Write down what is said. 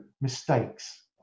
mistakes